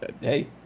hey